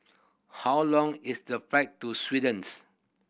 how long is the flight to Sweden's